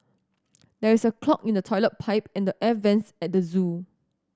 there is a clog in the toilet pipe and the air vents at the zoo